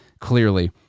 clearly